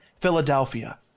Philadelphia